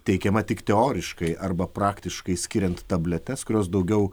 teikiama tik teoriškai arba praktiškai skiriant tabletes kurios daugiau